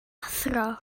athro